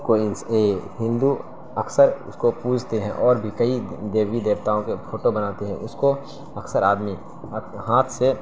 کوئی انس ہندو اکثر اس کو پوجتے ہیں اور بھی کئی دیوی دیوتاؤں کے پھوٹو بناتے ہیں اس کو اکثر آدمی ہاتھ سے